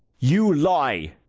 you lie.